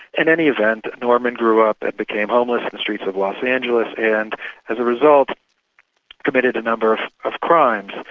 in any event norman grew up and became homeless in the streets of los angeles and as a result committed a number of crimes,